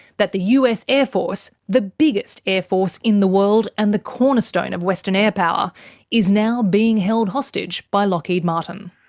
that the us air force the biggest air force in the world and the cornerstone of western air power is now being held hostage by lockheed martin.